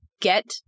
get